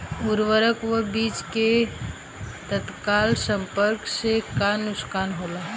उर्वरक व बीज के तत्काल संपर्क से का नुकसान होला?